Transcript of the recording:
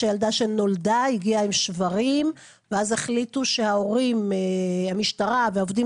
שילדה שנולדה הגיעה עם שברים ואז המשטרה והעובדים